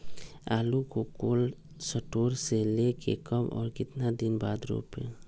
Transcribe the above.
आलु को cold store से ले के कब और कितना दिन बाद रोपे?